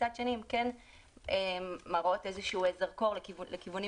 ומצד שני הן כן מפנות איזשהו זרקור לכיוונים